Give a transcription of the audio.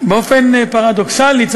באופן פרדוקסלי,